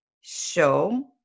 show